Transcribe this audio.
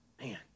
man